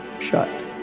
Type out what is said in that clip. shut